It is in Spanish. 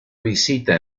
visita